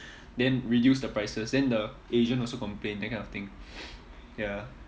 then reduce the prices then the agent also complain that kind of thing ya